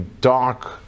dark